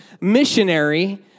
missionary